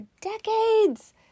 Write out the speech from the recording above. decades